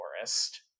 forest